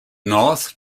north